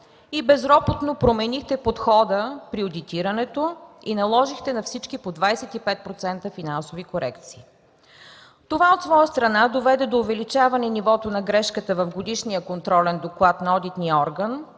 и безропотно променихте подхода при одитирането и наложихте на всички по 25% финансови корекции. Това от своя страна доведе до увеличаване нивото на грешката в годишния контролен доклад на одитния орган